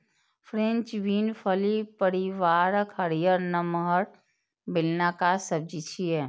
French bean फली परिवारक हरियर, नमहर, बेलनाकार सब्जी छियै